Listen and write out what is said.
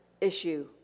issue